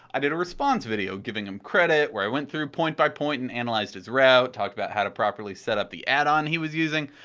i did a response video giving him credit where i went through point by point and analyzed his route, talked about how to set up the addon he was using,